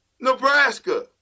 Nebraska